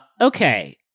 Okay